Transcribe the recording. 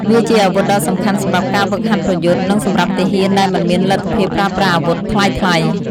ដំបងអាចជាឈើធម្មតា ឬត្រូវបានកែច្នៃឱ្យមានលក្ខណៈពិសេសដើម្បីបង្កើនប្រសិទ្ធភាព វាត្រូវបានប្រើប្រាស់សម្រាប់វាយ ដាល់ ឬរាំងខ្ទប់។